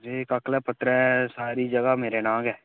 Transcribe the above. जी काकलें पत्तरें सारी जगह् मेरे नांऽ गै